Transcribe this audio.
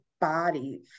body